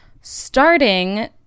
starting